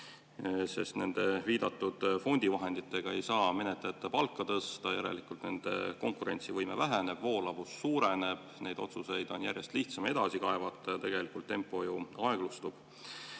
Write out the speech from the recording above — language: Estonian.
Nende viidatud fondivahenditega ei saa menetlejate palka tõsta. Järelikult nende konkurentsivõime väheneb, [tööjõu] voolavus suureneb, neid otsuseid on järjest lihtsam edasi kaevata ja tegelikult tempo ju aeglustub.